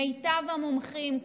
מיטב המומחים,